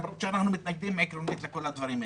למרות שאנחנו מתנגדים עקרונית לכל הדברים האלה,